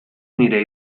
nire